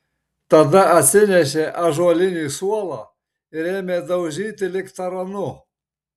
tada atsinešė ąžuolinį suolą ir ėmė daužyti lyg taranu